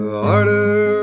harder